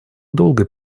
долга